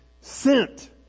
sent